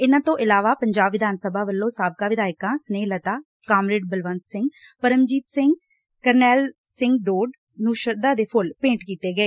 ਇਨਾਂ ਤੋਂ ਇਲਾਵਾ ਪੰਜਾਬ ਵਿਧਾਨ ਸਭਾ ਵੱਲੋਂ ਸਾਬਕਾ ਵਿਧਾਇਕਾਂ ਸਨੇਹਲਤਾ ਕਾਮਰੇਡ ਬਲਵੰਤ ਸਿੰਘ ਪਰਮਜੀਤ ਸਿੰਘ ਅਤੇ ਕਰਨੈਲ ਸਿੰਘ ਡੋਡ ਨੂੰ ਸ਼ਰਧਾ ਦੇ ਫੁੱਲ ਭੇਟ ਕੀਤੇ ਗਏ